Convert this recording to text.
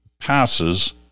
passes